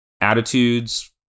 attitudes